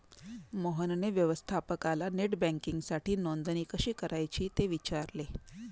मोहनने व्यवस्थापकाला नेट बँकिंगसाठी नोंदणी कशी करायची ते विचारले